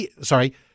Sorry